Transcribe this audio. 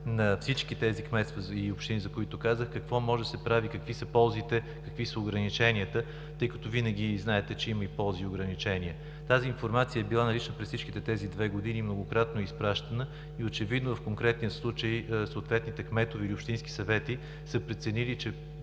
на всички тези кметства и общини, за които казах, какво може да се прави, какви са ползите, какви са ограниченията, тъй като винаги знаете, че има и ползи, и ограничения. Тази информация е била налична през всичките тези две години и многократно е изпращана, и очевидно в конкретния случай съответните кметове или общински съвети са преценили, че